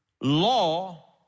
Law